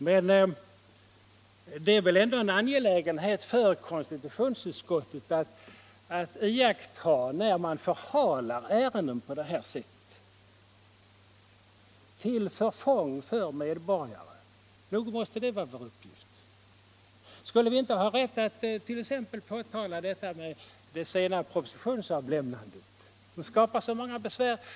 Men det är väl ändå en angelägenhet för konstitutionsutskottet att iaktta när man förhalar ärenden på det här sättet till förfång för medborgarna. Nog måste väl det vara vår uppgift. Skulle vi inte ha anledning att t.ex. påtala detta med det sena propositionsavlämnandet som skapar så många besvär?